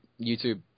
YouTube